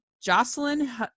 jocelyn